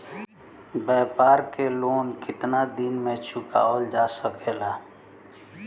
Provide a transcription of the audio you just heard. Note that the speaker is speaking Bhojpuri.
व्यापार के लोन कितना दिन मे चुकावल जा सकेला?